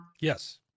yes